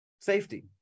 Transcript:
Safety